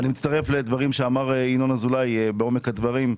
ואני מצטרף לדברים שאמר ינון אזולאי בעומק הדברים,